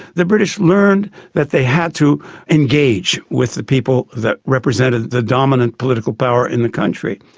the british learnt that they had to engage with the people that represented the dominant political power in the country.